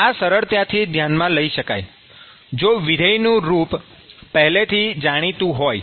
આ સરળતાથી ધ્યાનમાં લઈ શકાય જો વિધેયનું રૂપ પેહલેથી જાણીતું હોય